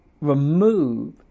remove